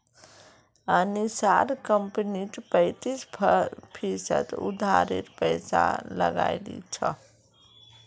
अनीशार कंपनीत पैंतीस फीसद उधारेर पैसा लागिल छ